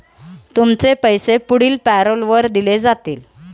तुमचे पैसे पुढील पॅरोलवर दिले जातील